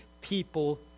people